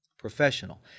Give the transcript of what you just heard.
Professional